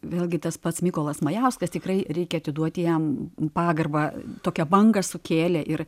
vėlgi tas pats mykolas majauskas tikrai reikia atiduoti jam pagarbą tokią bangą sukėlė ir